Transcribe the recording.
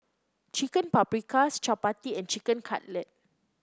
Chicken Paprikas Chapati and Chicken Cutlet